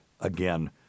again